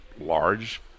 large